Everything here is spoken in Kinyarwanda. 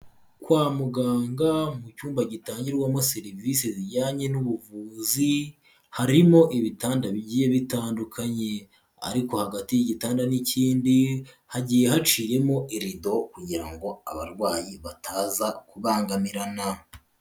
Kwa muganga mu cyumba gitangirwamo serivise zijyanye n'ubuvuzi, harimo ibitanda bigiye bitandukanye ariko hagati y'igitanda n'ikindi hagiye haciyemo ilido kugira ngo abarwayi bataza kubangamirana.